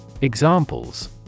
Examples